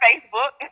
Facebook